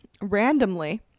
randomly